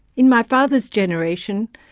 in my father's generation,